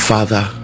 Father